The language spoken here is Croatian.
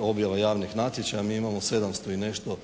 objava javnih natječaja, mi imamo 700 i nešto